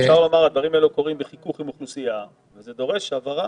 אפשר להגיד שהדברים האלה קורים בחיכוך עם אוכלוסייה וזה דורש הבהרה.